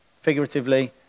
figuratively